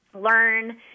learn